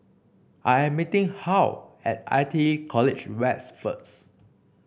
I am meeting Hal at I T E College West first